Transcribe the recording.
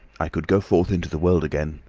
i could go forth into the world again,